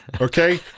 Okay